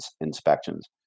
inspections